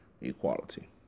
equality